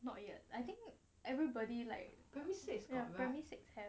not yet I think everybody like ya primary six have